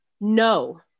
no